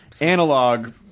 analog